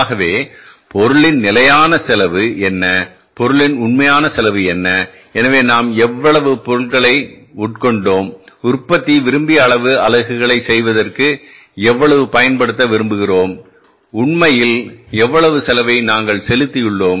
ஆகவே பொருளின் நிலையான செலவு என்ன பொருளின் உண்மையான செலவு என்ன எனவே நாம் எவ்வளவு பொருளை உட்கொண்டோம்உற்பத்தி விரும்பிய அளவு அலகுகளைசெய்வதற்கு எவ்வளவு பயன்படுத்த விரும்புகிறோம் உண்மையில் எவ்வளவு செலவை நாங்கள் செலுத்தியுள்ளோம்